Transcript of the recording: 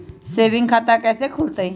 Saving खाता कैसे खुलतई?